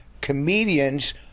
comedians